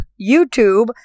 YouTube